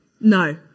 No